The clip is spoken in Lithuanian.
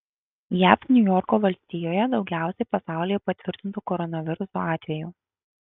jav niujorko valstijoje daugiausiai pasaulyje patvirtintų koronaviruso atvejų